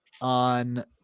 on